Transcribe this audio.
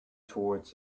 towards